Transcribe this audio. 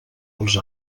els